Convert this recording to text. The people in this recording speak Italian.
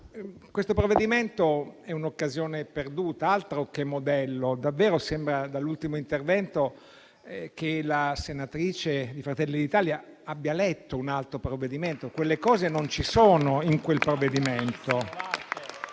questo provvedimento è un'occasione perduta, altro che modello. Davvero, in base all'ultimo intervento, sembra che la senatrice di Fratelli d'Italia abbia letto un altro provvedimento: quelle misure non ci sono in questo provvedimento.